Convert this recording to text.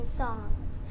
songs